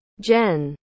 Jen